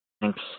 Thanks